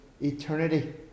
eternity